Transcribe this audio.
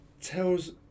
tells